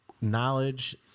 knowledge